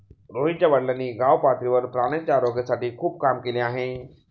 रोहितच्या वडिलांनी गावपातळीवर प्राण्यांच्या आरोग्यासाठी खूप काम केले आहे